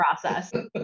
process